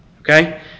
Okay